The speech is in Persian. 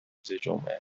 جمعه